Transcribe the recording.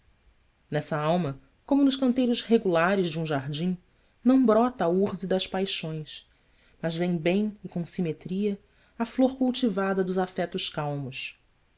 nessa alma como nos canteiros regulares de um jardim não brota a urze das paixões mas vem bem e com simetria a flor cultivada dos afetos calmos